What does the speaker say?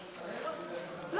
לא.